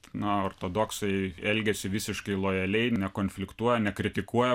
na ortodoksai elgiasi visiškai lojaliai nekonfliktuoja nekritikuoja